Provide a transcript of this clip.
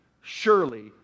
surely